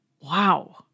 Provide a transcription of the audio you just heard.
Wow